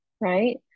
Right